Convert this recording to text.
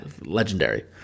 Legendary